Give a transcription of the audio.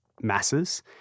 masses